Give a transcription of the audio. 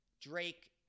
Drake